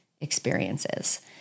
experiences